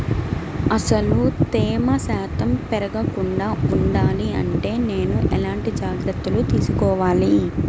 అసలు తేమ శాతం పెరగకుండా వుండాలి అంటే నేను ఎలాంటి జాగ్రత్తలు తీసుకోవాలి?